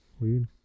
Weird